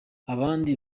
abandi